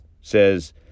says